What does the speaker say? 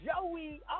Joey